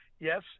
Yes